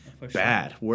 Bad